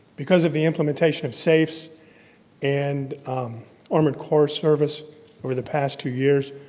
because of the implementation of safes and armored car service over the past two years,